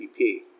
PPP